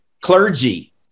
clergy